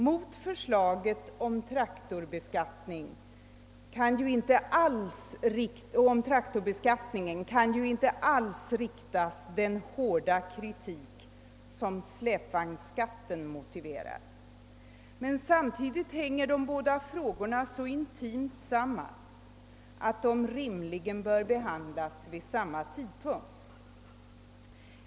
Mot förslaget om traktorbeskattningen kan ju inte alls riktas den hårda kritik som släpvagnsskatten motiverar, men de båda frågorna hänger så intimt samman, att de rimligen bör behandlas vid samma tidpunkt.